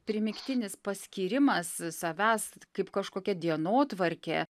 primygtinis paskyrimas savęs kaip kažkokia dienotvarkė